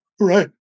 right